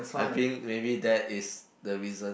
I think maybe that is the reason